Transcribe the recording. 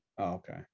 okay